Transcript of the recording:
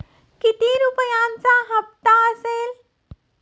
किती रुपयांचा हप्ता असेल?